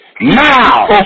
Now